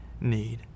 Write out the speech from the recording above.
need